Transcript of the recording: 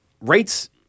rates